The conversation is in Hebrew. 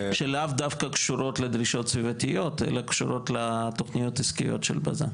לאו דווקא קשורות לדרישות סביבתיות אלא קשורות לתוכניות עסקיות של בז"ן.